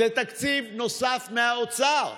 זה תקציב נוסף מהאוצר.